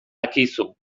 akizu